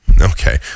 Okay